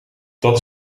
dat